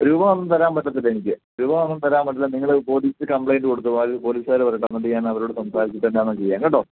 രൂപ ഒന്നും തരാൻ പറ്റത്തില്ല എനിക്ക് രൂപ ഒന്നും തരാൻ പറ്റത്തില്ല നിങ്ങൾ പോലീസിൽ കംപ്ലൈൻറ്റ് കൊടുത്തോ ബാക്കി പോലീസുകാർ വരട്ടെ എന്നിട്ട് ഞാൻ അവരോട് സംസാരിച്ചിട്ട് എന്നാന്ന് വെച്ചാൽ ചെയ്യാം കേട്ടോ